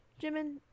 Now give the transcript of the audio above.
Jimin